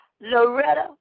Loretta